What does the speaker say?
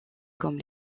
comme